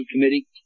committee